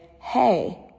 hey